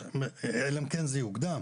בדיוק, אלא אם כן זה יוקדם.